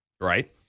right